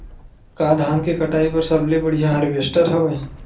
का धान के कटाई बर सबले बढ़िया हारवेस्टर हवय?